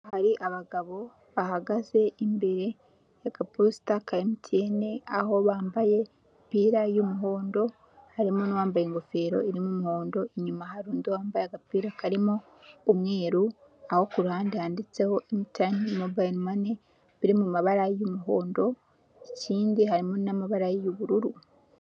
Hari abagabo bahagaze imbere y'agaposita ka MTN aho bambaye imipira y'umuhondo harimo n'uwambaye ingofero irimo umuhondo, inyuma hari undi wambaye agapira karimo umweru aho ku ruhande yanditseho MTN Mobile Money biri mumabara y'umuhondo ikindi harimo n'amabara y'ubururu.